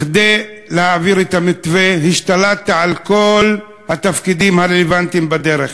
כדי להעביר את המתווה השתלטת על כל התפקידים הרלוונטיים בדרך.